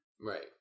Right